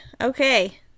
Okay